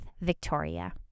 Victoria